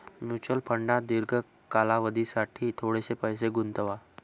mutual फंडात दीर्घ कालावधीसाठी थोडेसे पैसे गुंतवा